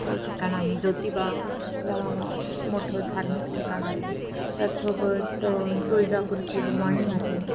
चं ठिकाण आहे ज्योतिबा ला मोठं धार्मिक ठिकाण आहे त्याचसोबत तुळजापूरची भवानी आहे